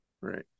Right